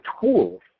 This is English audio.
tools